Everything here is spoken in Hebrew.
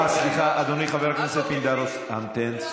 אה, סליחה, אדוני חבר הכנסת פינדרוס, המתן.